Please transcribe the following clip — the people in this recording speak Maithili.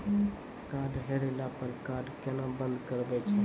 कार्ड हेरैला पर कार्ड केना बंद करबै छै?